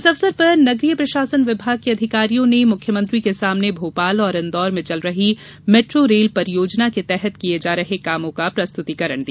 इस अवसर पर नगरीय प्रशासन विभाग के अधिकारियों ने मुख्यमंत्री के सामने भोपाल और इंदौर में चल रही मैट्रो रेल परियोजना के तहत किये जा रहे कामों का प्रस्तुतिकरण दिया